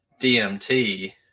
DMT